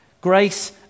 Grace